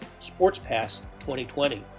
sportspass2020